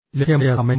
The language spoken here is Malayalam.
ലഭ്യമായ സമയം വരെ